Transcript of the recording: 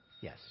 Yes